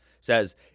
Says